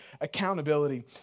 accountability